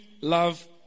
love